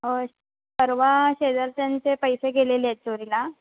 सर्व शेजारच्यांचे पैसे गेलेले आहेत चोरीला